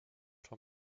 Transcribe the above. vom